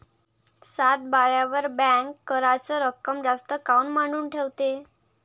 सातबाऱ्यावर बँक कराच रक्कम जास्त काऊन मांडून ठेवते?